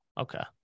Okay